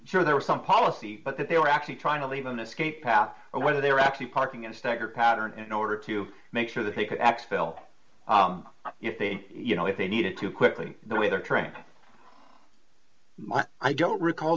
sure there was some policy but that they were actually trying to leave an escape path or whether they were actually parking in staggered pattern in order to make sure that they could act still if they you know if they needed to quickly the way they are trained i don't recall